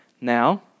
Now